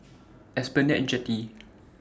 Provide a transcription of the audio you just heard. Esplanade Jetty